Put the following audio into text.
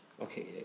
Okay